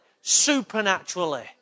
Supernaturally